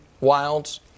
Wilds